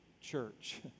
church